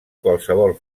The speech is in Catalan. qualsevol